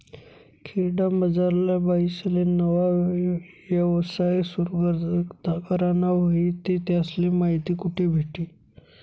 खेडामझारल्या बाईसले नवा यवसाय सुरु कराना व्हयी ते त्यासले माहिती कोठे भेटी?